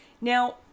Now